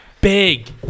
Big